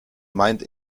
meint